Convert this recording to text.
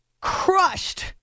crushed